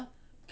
cannot